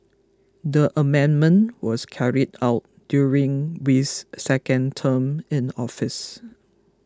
the amendment was carried out during Wee's second term in office